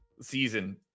season